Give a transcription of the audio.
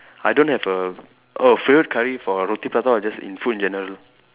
I don't have a oh favorite curry for roti prata or just in food in general